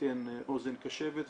יתן אוזן קשבת ומענה.